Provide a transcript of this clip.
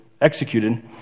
executed